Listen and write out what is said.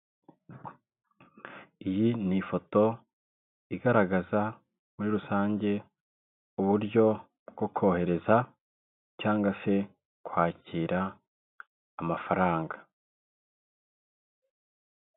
Iyi ni ifoto igaragaza muri rusange uburyo bwo kohereza cyangwa se kwakira amafaranga.